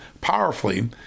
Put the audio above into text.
powerfully